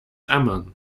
ammon